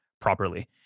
properly